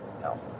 No